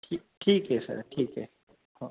ठीक ठीक आहे सर ठीक आहे हो